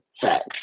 facts